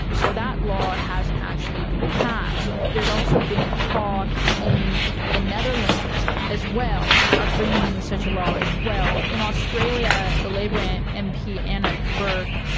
but so that law hasn't actually been passed. there has also been talk in the netherlands as well of bringing in such a law as well. in australia the labor mp anna burke,